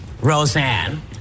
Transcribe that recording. Roseanne